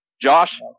josh